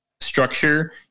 structure